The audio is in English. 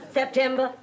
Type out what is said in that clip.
september